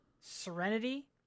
Serenity